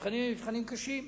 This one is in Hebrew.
המבחנים הם מבחנים קשים.